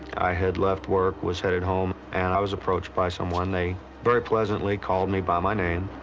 i had left work, was headed home. and i was approached by someone. they very pleasantly called me by my name.